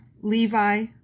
Levi